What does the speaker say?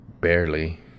barely